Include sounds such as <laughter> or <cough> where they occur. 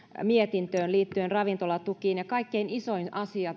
mietintöön liittyen ravintolatukiin ja kaikkein isoin asia <unintelligible>